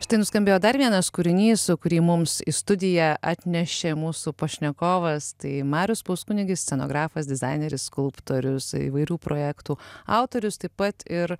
štai nuskambėjo dar vienas kūrinys kurį mums į studiją atnešė mūsų pašnekovas tai marius puskunigis scenografas dizaineris skulptorius įvairių projektų autorius taip pat ir